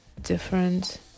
Different